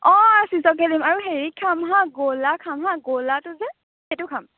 অ আৰু হেৰি খাম হা গ'লা খাম হা গ'লাটো যে সেইটো খাম